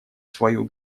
свою